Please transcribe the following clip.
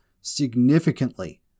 significantly